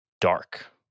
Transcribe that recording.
dark